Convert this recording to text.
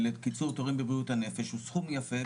לקיצור תורים בבריאות הנפש הוא סכום יפה,